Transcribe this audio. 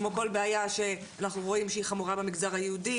כמו כל בעיה שאנחנו רואים שהיא חמורה במגזר היהודי